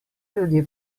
ljudje